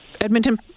Edmonton